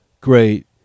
great